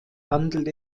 handelt